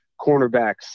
cornerbacks